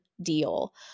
deal